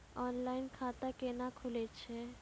Online खाता केना खुलै छै?